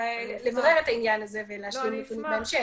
לברר את העניין הזה ולהשלים נתונים בהמשך,